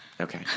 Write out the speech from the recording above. Okay